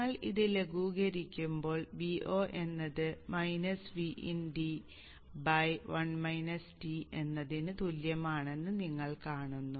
നിങ്ങൾ ഇത് ലഘൂകരിക്കുമ്പോൾ Vo എന്നത് Vin d എന്നതിന് തുല്യമാണെന്ന് നിങ്ങൾ കാണുന്നു